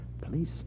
Please